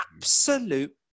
absolute